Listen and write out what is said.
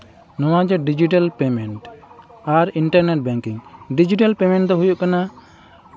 ᱱᱚᱣᱟᱡᱮ digital payment ᱟᱨ internet banking digital payment ᱫᱚ ᱦᱩᱭᱩᱜ ᱠᱟᱱᱟ